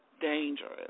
dangerous